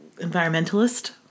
environmentalist